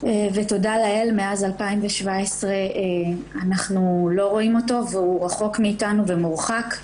ותודה לאל שמאז 2017 אנחנו לא רואים אותו והוא רחוק מאיתנו ומורחק.